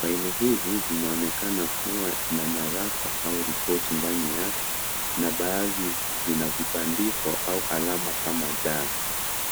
Faili hizi zinaonekana kuwa na nyaraka au ripoti ndani yake na baadhi zina vibandiko au alama kama da